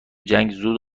جنگ، زود